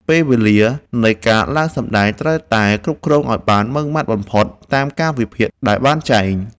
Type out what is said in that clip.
ពេលវេលានៃការឡើងសម្ដែងត្រូវតែគ្រប់គ្រងឱ្យបានម៉ឺងម៉ាត់បំផុតតាមកាលវិភាគដែលបានចែង។